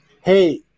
Hey